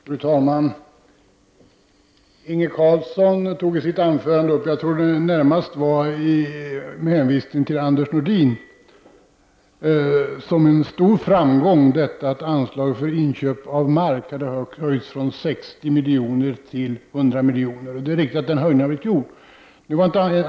Fru talman! Inge Carlsson tog i sitt anförande — närmast med hänvisning till Anders Nordin, tror jag — som en stor framgång upp det faktum att anslaget för inköp av mark har höjts från 60 miljoner till 100 miljoner. Det är riktigt att en höjning har skett.